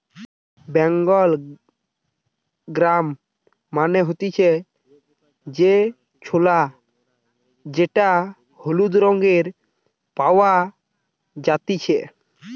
Bengal gram মানে হতিছে যে ছোলা যেটা হলুদ রঙে পাওয়া জাতিছে